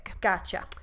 Gotcha